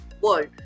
world